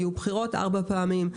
והיו בחירות ארבע פעמים.